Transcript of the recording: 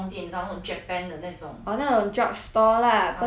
orh 那种 drugstore lah but then like 我听说